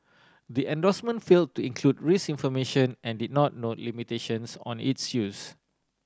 the endorsement fail to include risk information and did not note limitations on its use